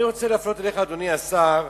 אדוני השר,